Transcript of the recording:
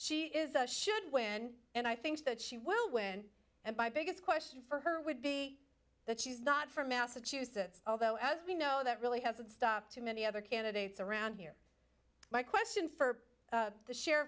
she is a should win and i think that she will win and my biggest question for her would be that she's not from massachusetts although as we know that really hasn't stopped too many other candidates around here my question for the share